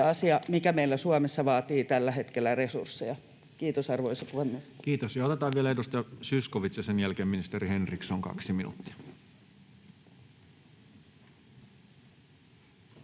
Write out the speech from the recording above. asia, mikä meillä Suomessa vaatii tällä hetkellä resursseja. — Kiitos, arvoisa puhemies. Kiitos. — Otetaan vielä edustaja Zyskowicz, ja sen jälkeen ministeri Henriksson, 2 minuuttia.